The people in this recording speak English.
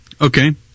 Okay